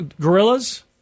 Gorillas